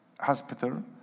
hospital